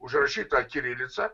užrašytą kirilica